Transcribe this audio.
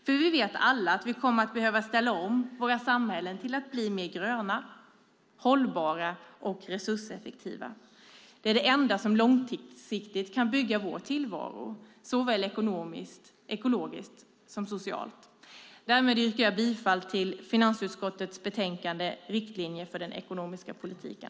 För vi vet alla att vi kommer att behöva ställa om våra samhällen till att bli mer gröna, hållbara och resurseffektiva. Det är det enda som långsiktigt kan trygga vår tillvaro, såväl ekonomiskt och ekologiskt som socialt. Därmed yrkar jag bifall till utskottets förslag i finansutskottets betänkande Riktlinjer för den ekonomiska politiken .